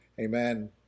Amen